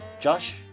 Josh